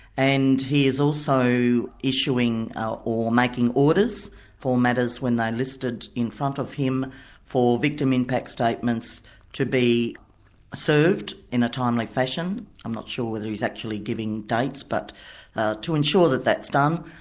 and he is also issuing or making orders for matters when they're listed in front of him for victim impact statements to be served in a timely fashion. i'm not sure whether he is actually giving dates, but to ensure that that's done.